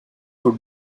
would